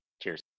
Cheers